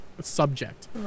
subject